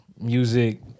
music